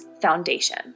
foundation